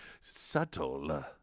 Subtle